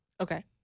Okay